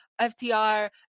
FTR